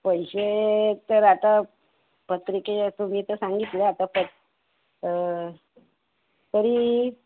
पैसे तर आता पत्रिकेचं तुम्ही तर सांगितलं आता प तरी